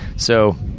so,